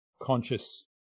conscious